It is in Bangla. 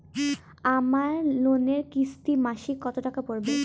আমার লোনের কিস্তি মাসিক কত টাকা পড়বে?